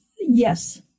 yes